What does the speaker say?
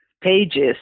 pages